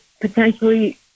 potentially